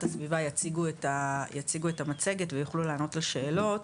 הסביבה יציגו את המצגת ויוכלו לענות על השאלות.